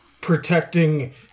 protecting